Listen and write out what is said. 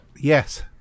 Yes